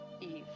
Eve